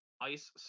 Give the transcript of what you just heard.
Ice